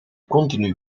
continu